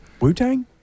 Wu-Tang